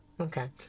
Okay